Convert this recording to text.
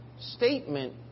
statement